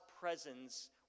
presence